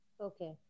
okay